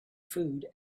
food